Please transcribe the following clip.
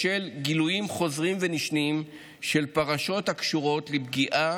בשל גילויים חוזרים ונשנים של פרשות הקשורות לפגיעה